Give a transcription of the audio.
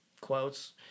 quotes